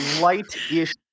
light-ish